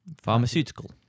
Pharmaceutical